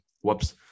Whoops